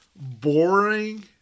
boring